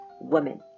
women